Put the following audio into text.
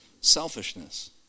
selfishness